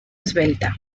esbelta